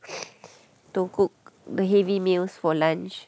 to cook the heavy meals for lunch